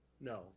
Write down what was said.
no